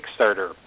Kickstarter